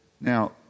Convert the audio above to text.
Now